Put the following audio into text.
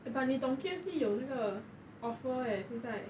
but 你懂 K_F_C 有那个 offer leh 现在